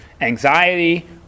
anxiety